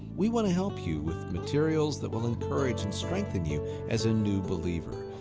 we want to help you with materials that will encourage and strengthen you as a new believer.